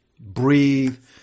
breathe